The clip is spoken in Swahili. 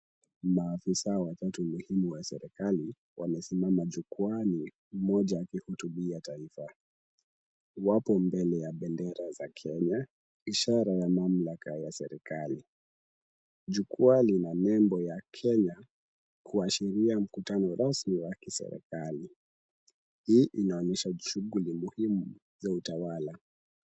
Maafisa watatu muhimu wa serikali wamesimama jukwaani mmoja akihutubia taifa. Wapo mbele ya bendera za Kenya ishara ya mamlaka ya serikali. Jukwaa lina nembo ya Kenya kuashiria mkutano rasmi wa kiserikali. Hii inaonesha shughuli muhimu za utawala.